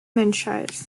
menschheit